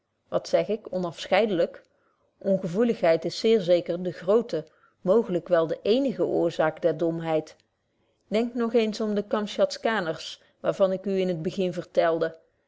wat zeg ik onafscheidelyk ongevoeligheid is zeer zeker de groote mooglyk wel de eenige oorzaak der domheid denkt nog eens om de kamschatkaners waar van ik u in t begin vertelde